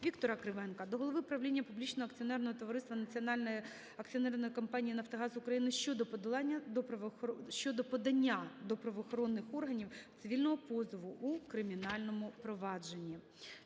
Віктора Кривенка до голови правління публічного акціонерного товариства Національної акціонерної компанії "Нафтогаз України" щодо подання до правоохоронних органів цивільного позову у кримінальному провадженні.